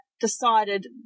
decided